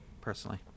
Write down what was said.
personally